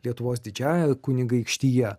lietuvos didžiąja kunigaikštija